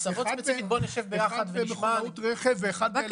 אחת למכונות רכב ואחת לאלקטרוניקה